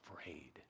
afraid